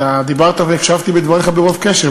אתה דיברת והקשבתי לדבריך ברוב קשב,